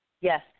Yes